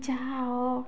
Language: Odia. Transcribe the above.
ଯାଅ